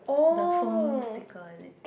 the foam sticker is it